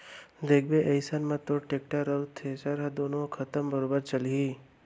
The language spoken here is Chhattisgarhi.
देखबे अइसन म तोर टेक्टर अउ थेरेसर ह दुनों बखत बरोबर चलही